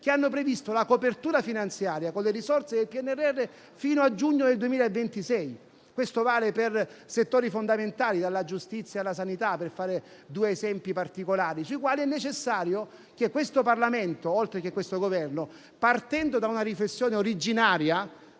che hanno previsto la copertura finanziaria con le risorse del PNRR fino a giugno 2026. Questo vale per settori fondamentali, dalla giustizia alla sanità - per fare due esempi particolari - sui quali è necessario che questo Parlamento, oltre a questo Governo, partendo da una riflessione originaria,